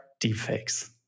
deepfakes